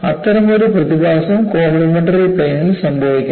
അത്തരമൊരു പ്രതിഭാസം കോംപ്ലിമെന്ററി പ്ലെയിനിൽ സംഭവിക്കാം